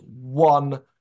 one